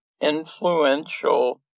influential